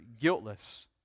guiltless